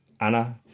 Anna